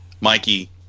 Mikey